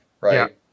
right